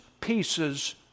pieces